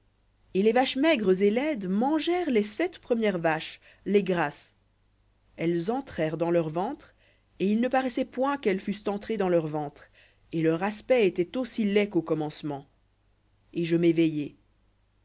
et les vaches maigres et laides mangèrent les sept premières vaches les grasses elles entrèrent dans leur ventre et il ne paraissait point qu'elles fussent entrées dans leur ventre et leur aspect était aussi laid qu'au commencement et je m'éveillai